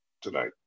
tonight